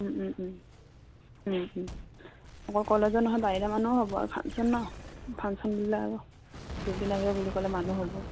অকল কলেজৰ নহয় বাহিৰা মানুহো হ'ব আৰু ফাংশ্যন ন ফাংশ্যন বুলিলে আৰু জবিন আহিব বুলি ক'লে মানুহ হ'ব